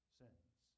sins